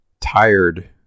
tired